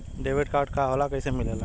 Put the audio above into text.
Debit card का होला कैसे मिलेला?